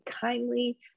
kindly